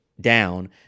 down